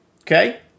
Okay